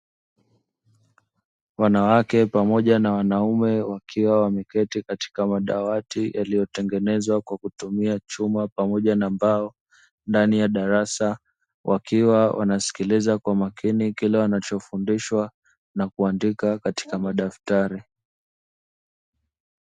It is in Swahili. Wanawake pamoja na wanaume wakiwa wameketi katika madawati yaliyotengenezwa kwa kutumia chuma pamoja na mbao ndani ya darasa, wakiwa wanasikiliza kwa makini kile wanachofundishwa na kuandika katika madaftari.